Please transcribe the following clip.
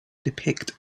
depict